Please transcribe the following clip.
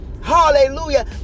hallelujah